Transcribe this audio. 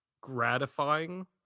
gratifying